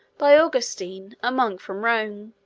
by augustine, a monk from rome.